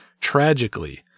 Tragically